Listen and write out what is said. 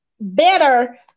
better